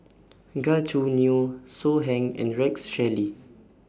Gan Choo Neo So Heng and Rex Shelley